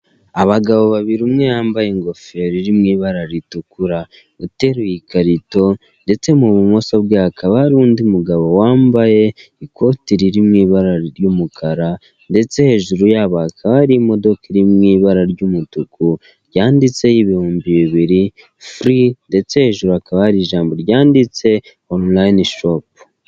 Abagabo babiri umwe wambaye ingofero iri mu ibara ritukura uteruye ikarito, ndetse m'ubumoso bwe hakaba hari undi mugabo wambaye ikote riri mu ibara ry'umukara ndetse hejuru yabo haka hari imodoka iri mu ibara ry'umutuku ryanditseho ibihumbi bibiri furi ndetse hejuru hakaba hari ijambo ryanditse onorayini shopu.